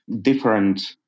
different